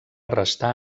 restà